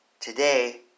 Today